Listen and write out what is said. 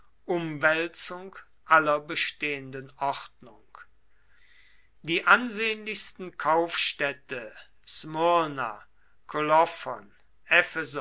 umwälzung aller bestehenden ordnung die ansehnlichsten